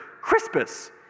Crispus